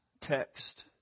text